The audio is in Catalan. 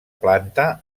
planta